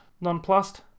Nonplussed